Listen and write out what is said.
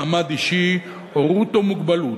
מעמד אישי, הורות או מוגבלות.